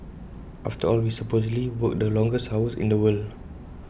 after all we supposedly work the longest hours in the world